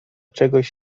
czegoś